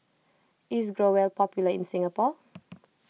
is Growell popular in Singapore